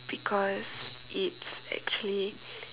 because it's actually